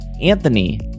Anthony